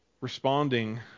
responding